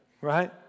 right